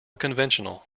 conventional